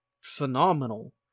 phenomenal